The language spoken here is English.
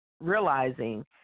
realizing